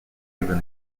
given